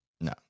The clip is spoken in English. No